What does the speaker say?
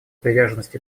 приверженность